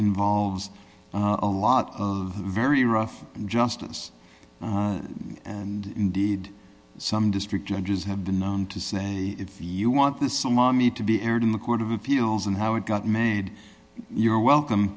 involves a lot of very rough justice and indeed some district judges have been known to say if you want the salami to be aired in the court of appeals and how it got made you're welcome